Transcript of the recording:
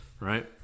right